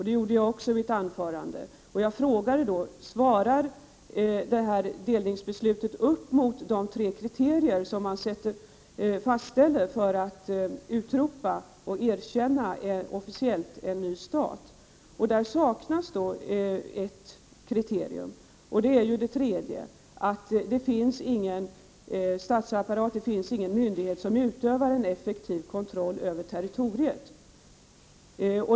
Det gjorde jag också i mitt huvudanförande, och jag frågade då: Svarar delningsbeslutet upp mot de tre kriterier som man fastställer för att utropa och officiellt erkänna en ny stat? Det saknas då ett kriterium. Det finns nämligen ingen statsapparat, ingen myndighet som utövar effektiv kontroll över territoriet.